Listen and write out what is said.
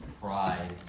pride